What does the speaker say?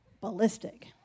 ballistic